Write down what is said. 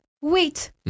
wait